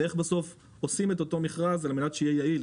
ואיך בסוף עושים את אותו מכרז על מנת שיהיה יעיל,